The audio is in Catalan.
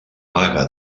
baga